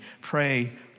Pray